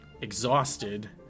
exhausted